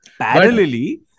Parallelly